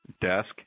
desk